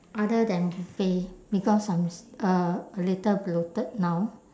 other than cafe because I'm s~ uh a little bloated now